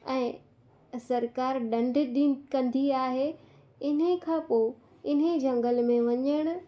ऐं सरकार ॾंड ॾिं कंदी आहे इन्हे खां पोइ इन्ही झंगल में वञणु